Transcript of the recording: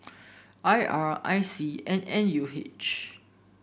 I R I C and N U H